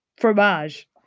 Fromage